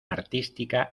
artística